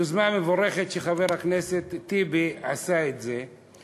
יוזמה מבורכת של חבר הכנסת טיבי, שעשה את זה.